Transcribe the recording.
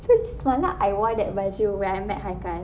so semalam I wore that baju when I met haikal